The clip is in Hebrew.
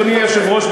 אדוני היושב-ראש,